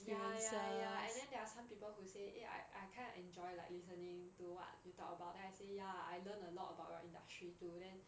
ya ya ya and then there are some people who say eh I I kind of enjoy like listening to what you talk about then I say ya I learn a lot about your industry too then